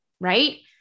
Right